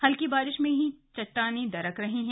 हल्की बारिश में ही चट्टानें दरक रही हैं